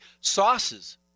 Sauces